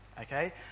Okay